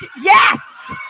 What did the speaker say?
yes